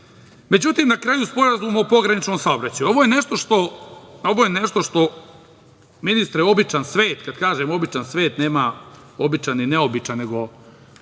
itd.Međutim, na kraju, Sporazum o pograničnom saobraćaju. Ovo je nešto što, ministre, običan svet, kad kažem običan svet, nema običan i neobičan, nego